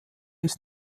ist